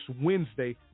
Wednesday